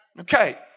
Okay